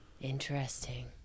interesting